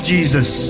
Jesus